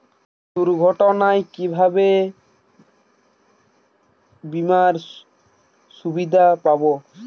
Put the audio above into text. দুর্ঘটনায় কিভাবে বিমার সুবিধা পাব?